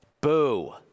boo